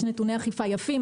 יש נתוני אכיפה יפים.